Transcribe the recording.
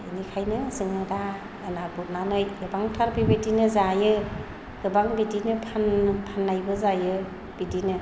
बिनिखायनो जोङो दा ना गुरनानै गोबांथार बेबायदिनो जायो गोबां बिदिनो फान फाननायबो जायो बिदिनो